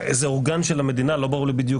אז רוב המומחים מאמינים ככה, אני הולך עם זה.